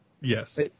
Yes